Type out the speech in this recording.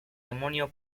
demonio